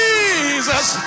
Jesus